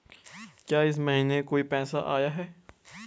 क्या इस महीने कोई पैसा आया है?